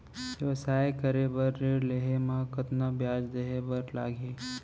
व्यवसाय करे बर ऋण लेहे म कतना ब्याज देहे बर लागही?